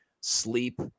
sleep